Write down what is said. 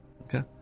Okay